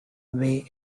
way